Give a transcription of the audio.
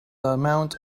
amount